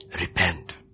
Repent